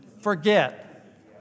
forget